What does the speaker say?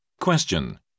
Question